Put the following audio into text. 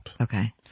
Okay